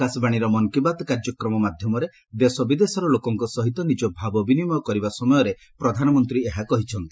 ଆକାଶବାଣୀର ମନ୍ କୀ ବାତ୍ କାର୍ଯ୍ୟକ୍ରମ ମାଧ୍ୟମରେ ଦେଶ ବିଦେଶର ଲୋକଙ୍କ ସହିତ ନିଜ ଭାବ ବିନିମୟ କରିବା ସମୟରେ ପ୍ରଧାନମନ୍ତ୍ରୀ ଏହା କହିଛନ୍ତି